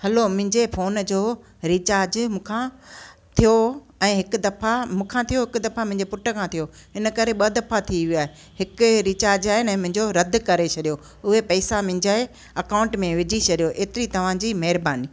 hello मुंहिंजे phone जो recharge मूंखां थियो ऐं हिकु दफ़ा मूंखां थियो हिकु दफ़ा मुंहिंजे पुट खां थियो इन करे ॿ दफ़ा थी वियो आहे हिकु रिचार्ज आहे न मुंहिंजो रदि करे छॾियो उहे पैसा मुंहिंजे अकाउंट में विझी छॾियो एतिरी तव्हांजी महिरबानी